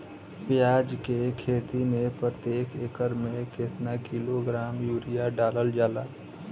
प्याज के खेती में प्रतेक एकड़ में केतना किलोग्राम यूरिया डालल जाला?